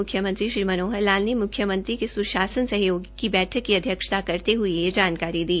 मुख्यमंत्री श्री मनोहर लाल ने म्ख्यमंत्री के सुशासन सहयोगियों की बैठक की अध्यक्षता करते हए यह जानकारी दी